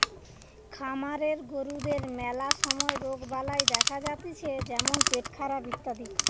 খামারের গরুদের ম্যালা সময় রোগবালাই দেখা যাতিছে যেমন পেটখারাপ ইত্যাদি